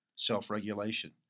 Self-regulation